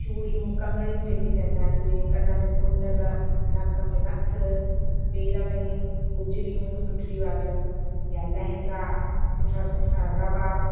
चूड़ियूं कंगड़ियूं जेके चवंदा आहिनि उहे कन में कुंडल नक में नथ पेर में गुजरियूं सुठी वारियूं या लहंगा सुठा सुठा रवा